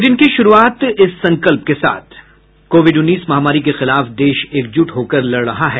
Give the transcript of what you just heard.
bulletin की शुरूआत से पहले ये संकल्प कोविड उन्नीस महामारी के खिलाफ देश एकजुट होकर लड़ रहा है